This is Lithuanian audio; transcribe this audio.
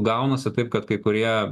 gaunasi taip kad kai kurie